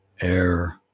air